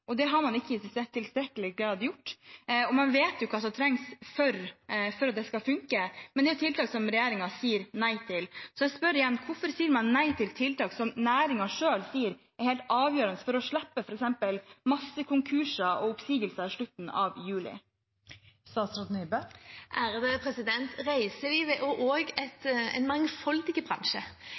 og det har man ikke i tilstrekkelig grad gjort. Man vet hva som trengs for at det skal funke, men det er tiltak som regjeringen sier nei til. Så jeg spør igjen: Hvorfor sier man nei til tiltak som næringen selv sier er helt avgjørende for å slippe f.eks. massekonkurser og oppsigelser i slutten av juli? Reiselivet er en mangfoldig bransje som også rammes ulikt. En